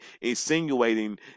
insinuating